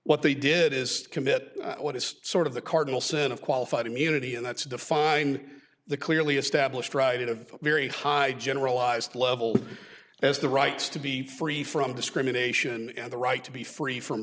what they did is commit what is sort of the cardinal sin of qualified immunity and that's defined the clearly established right in a very high generalized level as the rights to be free from discrimination and the right to be free from